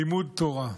לימוד תורה,